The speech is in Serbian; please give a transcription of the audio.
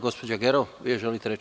Gospođa Gerov, vi želite reč.